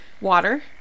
Water